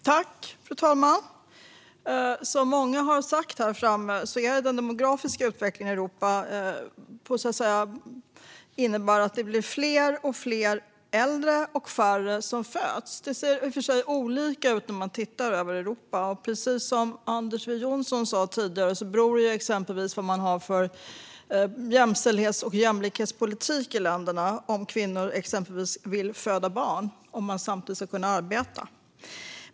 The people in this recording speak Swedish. Fru talman! Som många här har sagt innebär den demografiska utvecklingen i Europa att det blir fler och fler äldre och färre som föds. Det ser i och för sig olika ut i olika delar av Europa, och precis som Anders W Jonsson sa tidigare beror det exempelvis på vad man har för jämställdhets och jämlikhetspolitik i länderna. Det handlar till exempel om huruvida kvinnor vill föda barn och om man samtidigt ska kunna arbeta.